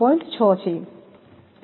6 છે